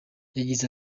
yagize